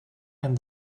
and